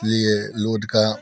इसलिए लोड का